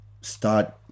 start